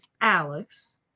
Alex